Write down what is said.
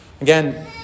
Again